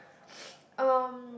um